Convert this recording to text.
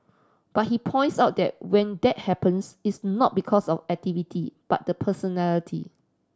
but he points out that when that happens it's not because of activity but the personality